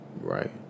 Right